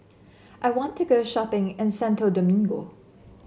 I want to go shopping in Santo Domingo